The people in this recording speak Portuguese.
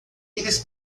eles